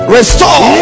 Restore